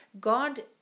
God